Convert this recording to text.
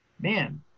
man